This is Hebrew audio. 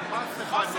הכנו תקציב,